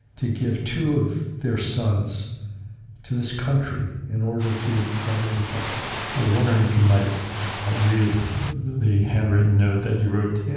to give two of their sons to this country in order to try to protect it? i was wondering if you might read the handwritten note that you wrote to yeah